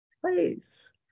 please